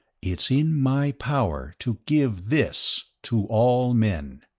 it's in my power to give this to all men.